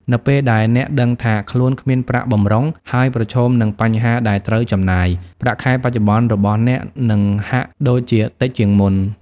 នៅពេលដែលអ្នកដឹងថាខ្លួនគ្មានប្រាក់បម្រុង ហើយប្រឈមនឹងបញ្ហាដែលត្រូវចំណាយ ប្រាក់ខែបច្ចុប្បន្នរបស់អ្នកនឹងហាក់ដូចជាតិចជាងមុន។